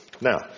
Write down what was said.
Now